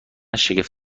شگفت